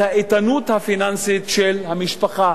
את האיתנות הפיננסית של המשפחה.